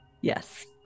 Yes